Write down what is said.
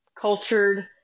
cultured